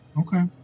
Okay